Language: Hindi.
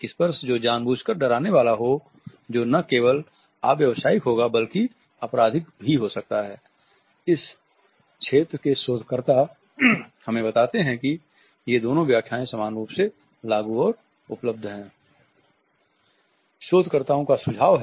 इस क्षेत्र के शोधकर्ता हमें बताते हैं कि ये दोनों व्याख्याएँ समान रूप से लागू और उपलब्ध हैं